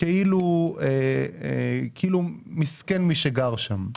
כאילו מסכן מי שגר שם.